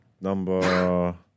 number